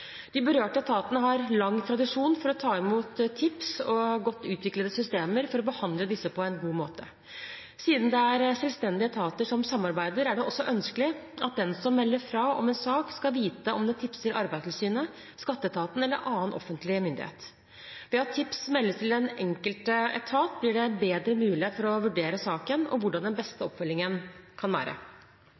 De berørte etatene har lang tradisjon for å ta imot tips, og godt utviklede systemer for å behandle disse på en god måte. Siden det er selvstendige etater som samarbeider, er det også ønskelig at den som melder fra om en sak, skal vite om han eller hun tipser Arbeidstilsynet, skatteetaten eller annen offentlig myndighet. Ved at tips meldes til den enkelte etat, blir det bedre mulighet for å vurdere saken og hvordan den beste oppfølgingen kan være.